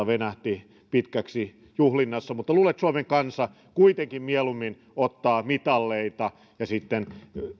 venähti pitkäksi juhlinnassa mutta luulen että suomen kansa kuitenkin mieluummin ottaa mitaleita ja sitten